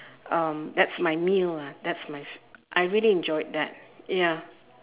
um that's my meal lah that's my I really enjoyed that ya